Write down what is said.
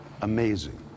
Amazing